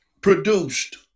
produced